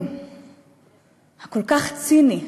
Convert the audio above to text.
הכל-כך ציני,